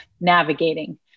navigating